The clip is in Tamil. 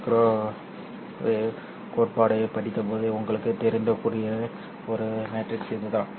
மைக்ரோவேவ் கோட்பாட்டைப் படித்தபோது உங்களுக்குத் தெரிந்திருக்கக்கூடிய ஒரு மேட்ரிக்ஸ் இதுதான்